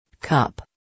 Cup